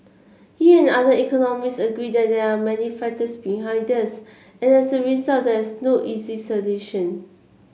he and other economist agreed there many factors behind this and as a result there is no easy solution